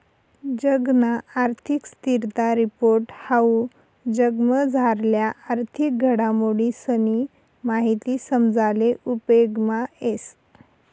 जगना आर्थिक स्थिरता रिपोर्ट हाऊ जगमझारल्या आर्थिक घडामोडीसनी माहिती समजाले उपेगमा येस